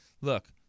look